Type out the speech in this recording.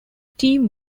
team